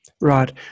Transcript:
Right